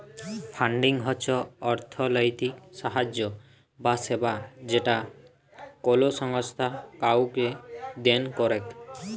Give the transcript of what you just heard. funding হচ্ছ অর্থলৈতিক সাহায্য বা সেবা যেটা কোলো সংস্থা কাওকে দেন করেক